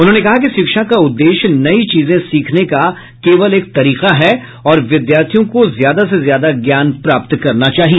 उन्होंने कहा कि शिक्षा का उद्देश्य नई चीजें सीखने का केवल एक तरीका है और विदयार्थियों को ज्यादा से ज्यादा ज्ञान प्राप्त करना चाहिए